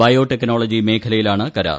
bio technology മേഖലയിലാണ് കരാർ